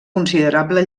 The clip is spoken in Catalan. considerable